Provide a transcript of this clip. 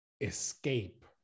escape